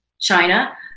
China